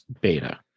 beta